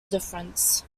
difference